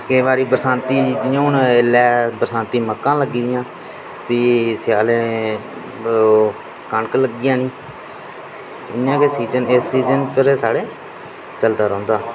केईं बारी बरसांती जि'यां हून बरसांती मक्कां लग्गी दियां फ्ही स्यालै कनक लग्गी जानी फ्ही इ'यां गै सिज़न साढ़े चलदा रौह्ना